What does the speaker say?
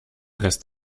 rest